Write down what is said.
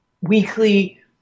weekly